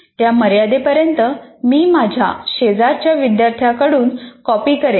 त्या मर्यादेपर्यंत मी माझ्या शेजारच्या विद्यार्थ्यांकडून कॉपी करेन